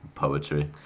poetry